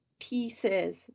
pieces